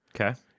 Okay